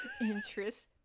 Interest